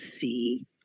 see